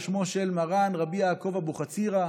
על שמו של מר"ן רבי יעקב אבוחצירא,